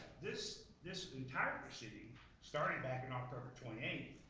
this this entire proceeding started back in october twenty eighth,